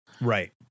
Right